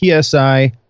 PSI